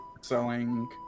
selling